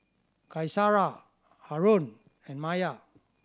Qaisara Haron and Maya